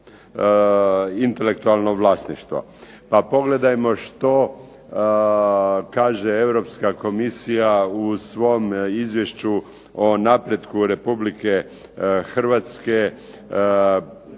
intelektualno vlasništvo. Pa pogledajmo što kaže Europska komisija u svom Izvješću o napretku Republike Hrvatske